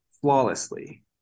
flawlessly